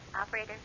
Operator